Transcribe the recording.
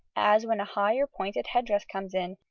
as, when a high or pointed head-dress comes in,